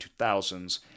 2000s